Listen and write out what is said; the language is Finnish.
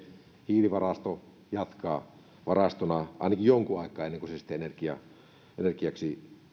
hiilivarasto jatkaa varastona ainakin jonkun aikaa ennen kuin se sitten energiaksi energiaksi